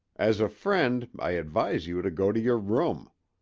as a friend i advise you to go to your room.